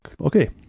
Okay